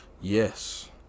Yes